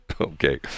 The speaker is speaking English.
Okay